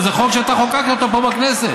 זה חוק שאתה חוקקת אותו פה בכנסת.